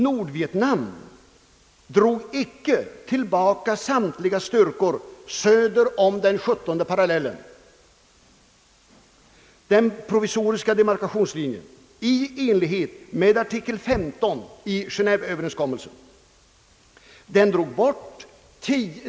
Nordvietnam drog icke tillbaka samtliga styrkor som fanns söder om 17:de parallellen, den provisoriska demarkationslinjen, i enlighet med artikel 15 i Geneveöverenskommelsen.